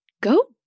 go